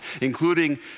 including